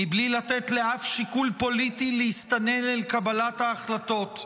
מבלי לתת לאף שיקול פוליטי להסתנן אל קבלת ההחלטות.